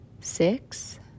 six